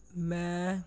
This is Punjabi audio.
ਮੈਂ